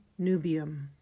Nubium